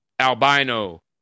albino